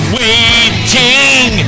waiting